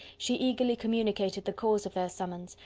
she eagerly communicated the cause of their summons,